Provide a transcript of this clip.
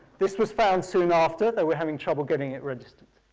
this was found soon after. they were having trouble getting it registered.